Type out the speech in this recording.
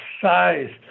size